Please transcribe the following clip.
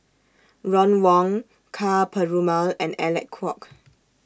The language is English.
Ron Wong Ka Perumal and Alec Kuok